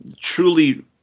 truly